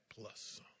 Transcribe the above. plus